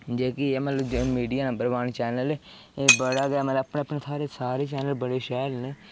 जेह्की एह् मतलब मिडिया नम्बर वन चैनल ऐ एह् बड़ा गै मतलब अपने अपने थाह्र सारें शैल न बड़े शैल न